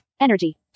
Energy